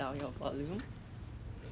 很有时